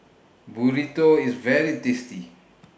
Burrito IS very tasty